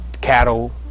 cattle